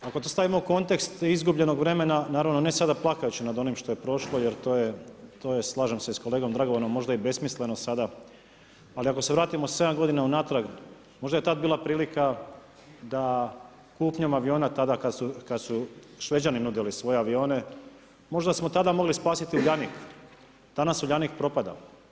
Ako stavimo kontekst izgubljenog vremena, naravno ne sada plakajući nad onim što je prošlo jer to je, slažem se s kolegom Dragovanom možda i besmisleno sada, ali ako se vratimo 7 godina unatrag možda je tad bila prilika da kupnjom aviona tada kad su Šveđani nudili svoje avione, možda smo tada mogli spasit Uljanik, danas Uljanik propada.